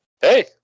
Hey